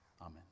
Amen